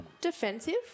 defensive